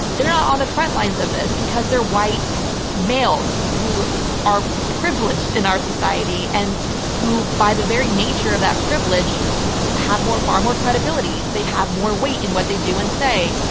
they're not on the front lines of this, because they're white males who are privileged in our society, and who by the very nature of that privilege have far more credibility. they have more weight in what they do and say,